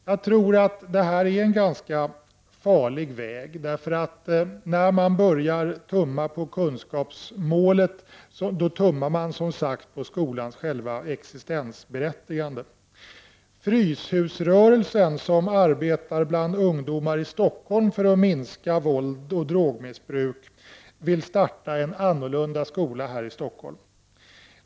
Jag tror att detta är en ganska farlig väg. När man börjar tumma på kunskapsmålet, tummar man som sagt på skolans själva existensberättigande. Fryshusrörelsen, som arbetar bland ungdomar i Stockholm för att minska våld och drogmissbruk, vill starta en annorlunda skola här i Stockholm.